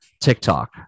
TikTok